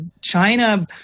China